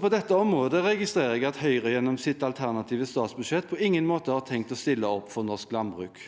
på dette området registrerer jeg at Høyre gjennom sitt alternative statsbudsjett på ingen måte har tenkt å stille opp for norsk landbruk.